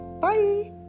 bye